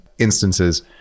instances